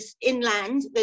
inland